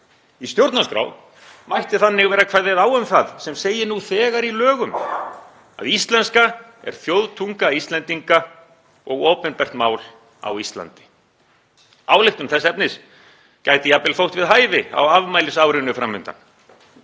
Í stjórnarskrá mætti vera kveðið á um það sem segir nú þegar í lögum, að íslenska er þjóðtunga Íslendinga og opinbert mál á Íslandi. Ályktun þess efnis gæti jafnvel þótt við hæfi á afmælisárinu fram undan.